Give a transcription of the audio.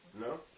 No